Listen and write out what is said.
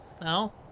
No